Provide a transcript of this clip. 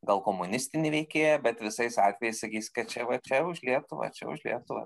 gal komunistinį veikėją bet visais atvejais sakys kad čia va čia už lietuvą čia už lietuvą